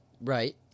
Right